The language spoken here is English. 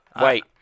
Wait